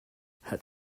had